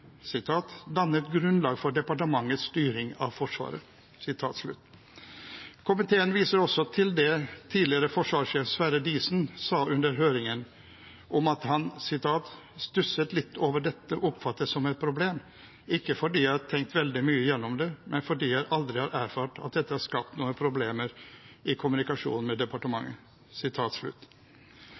for departementets styring av Forsvaret». Komiteen viser også til det tidligere forsvarssjef Sverre Diesen sa under høringen: «Jeg må si at jeg stusser litt over at dette oppfattes som et problem, ikke fordi jeg har tenkt veldig mye gjennom det, men fordi jeg aldri har erfart at dette har skapt noen problemer i kommunikasjonen med departementet.»